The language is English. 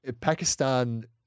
Pakistan